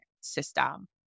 system